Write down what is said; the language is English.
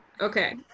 Okay